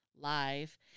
live